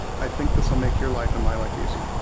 i think this will make your life and my life easier.